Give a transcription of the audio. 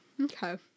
Okay